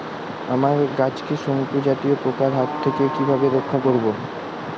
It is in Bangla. আমার গাছকে শঙ্কু জাতীয় পোকার হাত থেকে কিভাবে রক্ষা করব?